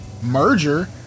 Merger